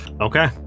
Okay